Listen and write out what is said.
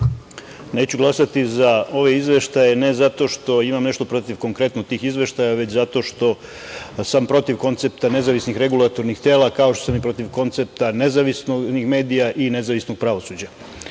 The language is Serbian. Neću glasati za ove izveštaje ne zato što imam nešto konkretno protiv tih izveštaja, već zato što sam protiv koncepta nezavisnih regulatornih tela, kao što sam i protiv koncepta nezavisnih medija i nezavisnog pravosuđa. Kada